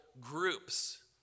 groups